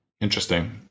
Interesting